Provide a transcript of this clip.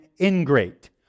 ingrate